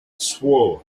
swore